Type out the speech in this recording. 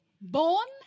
born